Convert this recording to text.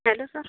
hello sir